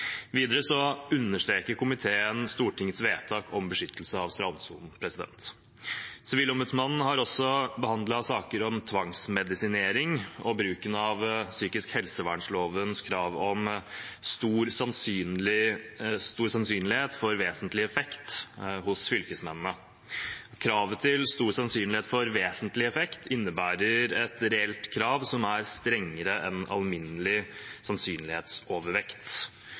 Videre understreker komiteen Stortingets vedtak om beskyttelse av strandsonen. Sivilombudsmannen har også behandlet saker om tvangsmedisinering og bruken av psykisk helsevernlovens krav om stor sannsynlighet for vesentlig effekt hos fylkesmennene. Kravet til stor sannsynlighet for vesentlig effekt innebærer et reelt krav som er strengere enn alminnelig sannsynlighetsovervekt.